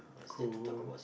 cool